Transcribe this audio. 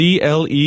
CLE